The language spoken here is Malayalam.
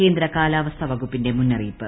കേന്ദ്രകാലാവസ്ഥാ വകുപ്പിന്റെ മുന്നറിയിപ്പ്